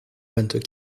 vingt